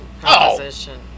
composition